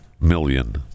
million